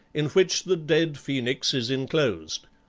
in which the dead phoenix is enclosed.